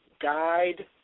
Guide